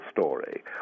story